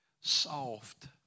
soft